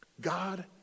God